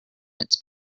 its